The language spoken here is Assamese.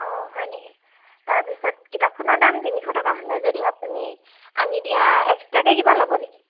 অঁ হয় নেকি তাৰপিছত কিতাপখনৰ দাম তিনিশ টকা হ'লে যদি আপুনি আনি দিয়া এক্সট্ৰাকৈ কিবা ল'ব নেকি